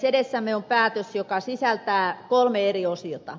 edessämme on päätös joka sisältää kolme eri osiota